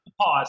Pause